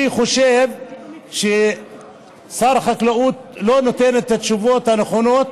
אני חושב ששר החקלאות לא נותן את התשובות הנכונות